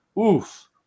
Oof